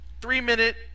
three-minute